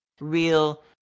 real